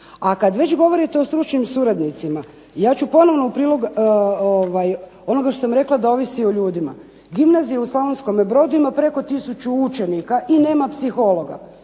A kad već govorite o stručnim suradnicima ja ću ponovno u prilog onoga što sam rekla da ovisi o ljudima. Gimnazija u Slavonskome Brodu ima preko tisuću učenika i nema psihologa